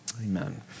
Amen